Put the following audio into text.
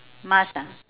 must ah